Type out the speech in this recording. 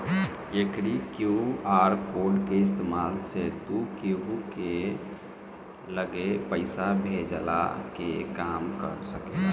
एकरी QR code के इस्तेमाल से तू केहू के लगे पईसा भेजला के काम कर सकेला